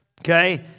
Okay